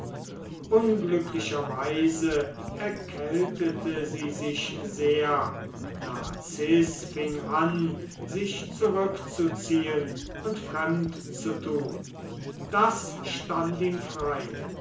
unglücklicherweise erkältete sie sich sehr narziß fing an sich zurückzuziehen und fremd zu tun das stand ihm frei